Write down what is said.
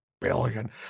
billion